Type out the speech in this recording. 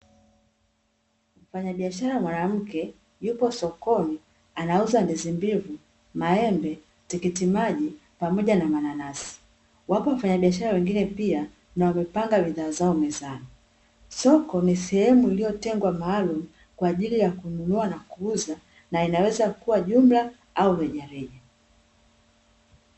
Mfanyabiashara mwanamke yupo sokoni anauza ndizi mbivu, maembe, tikiti maji pamoja na mananasi. Wapo wafanyabiashara wengine pia na wamepanga bidhaa zao mezani. Soko ni sehemu iliyotengwa maalumu kwa ajili ya kununua na kuuza na inaweza kuwa jumla au reja reja.